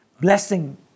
blessing